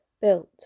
built